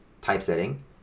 typesetting